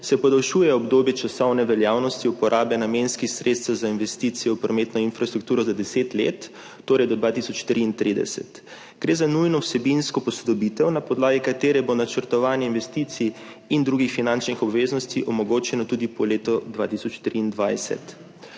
se podaljšuje obdobje časovne veljavnosti uporabe namenskih sredstev za investicije v prometno infrastrukturo za deset let, torej do 2033. Gre za nujno vsebinsko posodobitev, na podlagi katere bo načrtovanje investicij in drugih finančnih obveznosti omogočeno tudi po letu 2023.